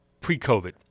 pre-COVID